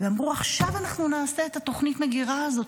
ואמרו: עכשיו אנחנו נעשה את תוכנית המגירה הזאת,